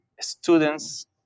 students